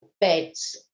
beds